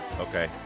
Okay